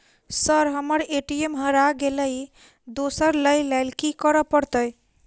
Sir हम्मर ATM हरा गइलए दोसर लईलैल की करऽ परतै?